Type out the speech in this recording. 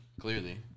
clearly